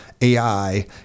AI